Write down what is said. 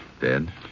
Dead